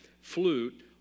flute